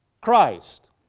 Christ